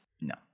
No